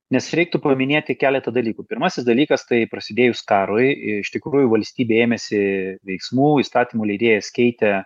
nes reiktų praminėti keletą dalykų pirmasis dalykas tai prasidėjus karui iš tikrųjų valstybė ėmėsi veiksmų įstatymų leidėjas keitė